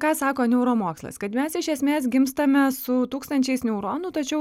ką sako neuromokslas kad mes iš esmės gimstame su tūkstančiais neuronų tačiau